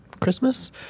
Christmas